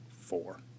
Four